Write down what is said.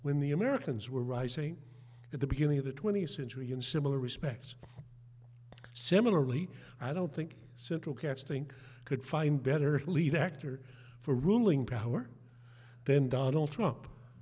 when the americans were rising at the beginning of the twentieth century in similar respects similarly i don't think central casting could find better lead actor for ruling power then donald trump